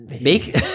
Make